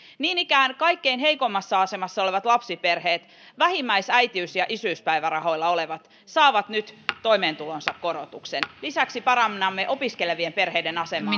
niin ikään kaikkein heikoimmassa asemassa olevat lapsiperheet vähimmäisäitiys ja isyyspäivärahoilla olevat saavat nyt toimeentuloonsa korotuksen lisäksi parannamme opiskelevien perheiden asemaa